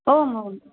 आम् आम्